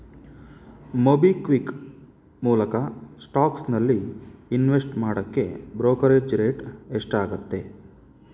MobiKwik ಮೂಲಕ ಸ್ಟಾಕ್ಸ್ನಲ್ಲಿ invest ಮಾಡೋಕ್ಕೆ ಬ್ರೋಕರೇಜ್ ರೇಟ್ ಎಷ್ಟಾಗುತ್ತೆ